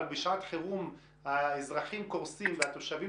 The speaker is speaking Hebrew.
אבל בשעת חירום האזרחים קורסים והתושבים